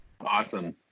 awesome